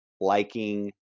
liking